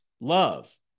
love